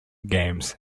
games